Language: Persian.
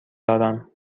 دارم